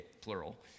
plural